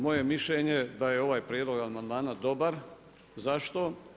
Moje mišljenje da je ovaj prijedlog amandman dobar, zašto?